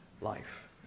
life